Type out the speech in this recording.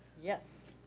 yes.